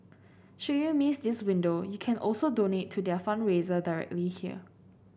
should you miss this window you can also donate to their fundraiser directly here